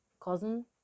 cousin